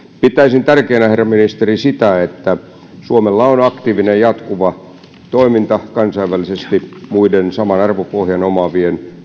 pitäisin tärkeänä herra ministeri sitä että suomella on aktiivinen jatkuva toiminta kansainvälisesti muiden saman arvopohjan omaavien